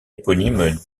éponyme